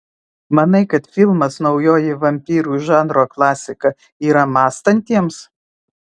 manai kad filmas naujoji vampyrų žanro klasika yra mąstantiems